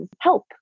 help